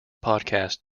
podcast